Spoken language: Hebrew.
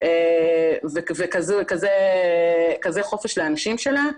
וכזה חופש לאנשים שלה,